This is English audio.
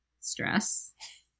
stress